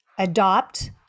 adopt